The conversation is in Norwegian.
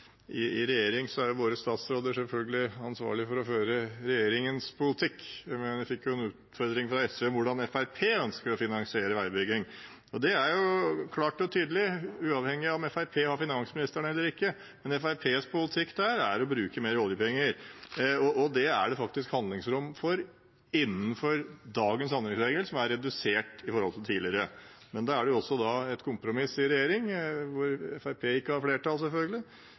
I regjering er våre statsråder selvfølgelig ansvarlige for å føre regjeringens politikk. Men jeg fikk en utfordring fra SV om hvordan Fremskrittspartiet ønsker å finansiere veibygging, og det er jo klart og tydelig, uavhengig av om Fremskrittspartiet har finansministeren eller ikke, at Fremskrittspartiets politikk der er å bruke mer oljepenger. Det er det faktisk handlingsrom for innenfor dagens handlingsregel, som er redusert i forhold til tidligere. Men da er det også et kompromiss i regjering – der Fremskrittspartiet ikke har flertall, selvfølgelig